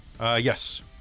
Yes